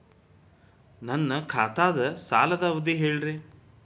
ನನ್ನ ಖಾತಾದ್ದ ಸಾಲದ್ ಅವಧಿ ಹೇಳ್ರಿ